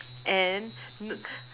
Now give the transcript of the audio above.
and n~